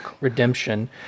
Redemption